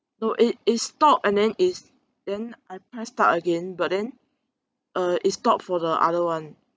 no it it stopped and then it then I press start again but then uh it stopped for the other one